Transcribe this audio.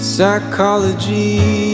Psychology